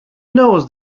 knows